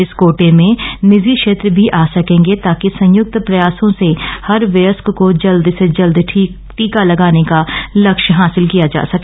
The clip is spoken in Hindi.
इस कोटे में निजी क्षेत्र भी आ सकेंगे ताकि संयुक्त प्रयासों से हर वयस्क को जल्द से जल्द टीका लगाने का लक्ष्य हासिल किया सके